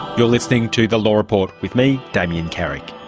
you're listening to the law report with me, damien carrick.